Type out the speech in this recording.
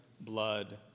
blood